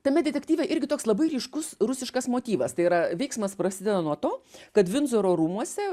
tame detektyve irgi toks labai ryškus rusiškas motyvas tai yra veiksmas prasideda nuo to kad vindzoro rūmuose